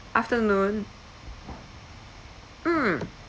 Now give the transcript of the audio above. afternoon mm